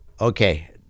Okay